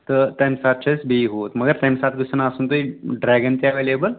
تہٕ تَمہِ ساتہٕ چھِ أسۍ بیٚیہِ مَگر تَمہِ ساتہٕ گژھن آسُن تۄہہِ ڈرٛیگَن تہِ ایویلیبٕل